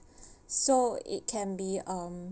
so it can be um